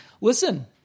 listen